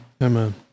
Amen